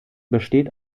besteht